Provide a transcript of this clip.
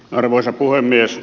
arvoisa puhemies